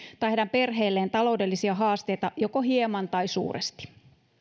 tai heidän perheilleen taloudellisia haasteita joko hieman tai suuresti